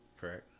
correct